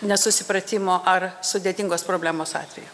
nesusipratimo ar sudėtingos problemos atveju